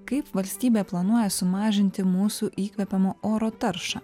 kaip valstybė planuoja sumažinti mūsų įkvepiamo oro taršą